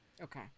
Okay